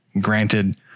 granted